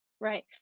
Right